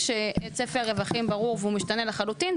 כשצפי הרווחים ברור והוא משתנה לחלוטין.